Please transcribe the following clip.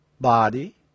body